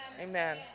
Amen